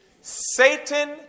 Satan